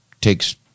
Takes